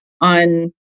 on